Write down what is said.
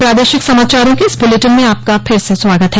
प्रादेशिक समाचारों के इस बुलेटिन में आपका फिर से स्वागत है